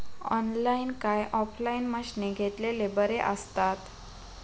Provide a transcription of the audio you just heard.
Online काय offline मशीनी घेतलेले बरे आसतात?